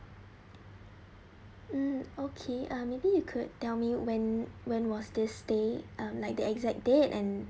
mm okay mm maybe you could tell me when when was this day ah like the exact date and